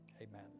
amen